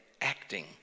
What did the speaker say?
acting